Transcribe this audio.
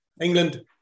England